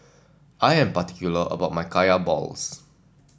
I am particular about my Kaya Balls